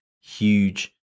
huge